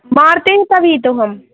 मारते हैं तभी तो हम